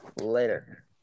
Later